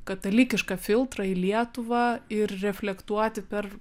katalikišką filtrą į lietuvą ir reflektuoti per